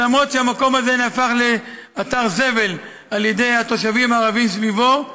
ואף שהמקום הזה הפך לאתר זבל על ידי התושבים הערבים סביבו,